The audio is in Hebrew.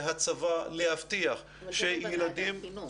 הצבא להבטיח שילדים --- זה נדון בוועדת חינוך.